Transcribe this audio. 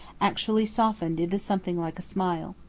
actually softened into something like a smile.